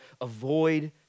avoid